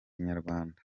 inyarwanda